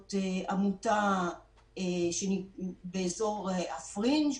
שזאת עמותה באזור הפרינג',